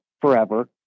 forever